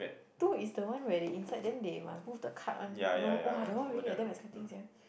two is the one where they inside then they must move the card one you know !wah! that one really eh damn exciting sia